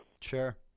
Sure